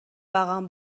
رقم